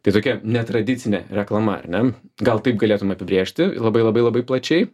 tai tokia netradicinė reklama ar ne gal taip galėtume apibrėžti labai labai labai plačiai